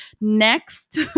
next